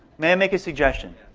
may i make a suggestion?